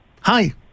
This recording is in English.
Hi